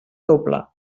doble